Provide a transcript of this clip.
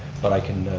but i can